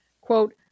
quote